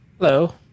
Hello